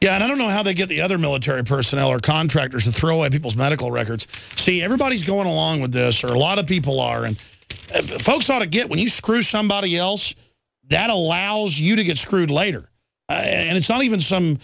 again i don't know how they get the other military personnel or contractors to throw out people's medical records see everybody's going along with this or a lot of people are and folks ought to get when you screw somebody else that allows you to get screwed later and it's not even some